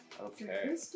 Okay